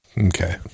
Okay